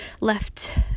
left